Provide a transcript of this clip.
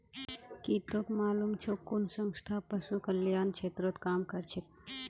की तोक मालूम छोक कुन संस्था पशु कल्याण क्षेत्रत काम करछेक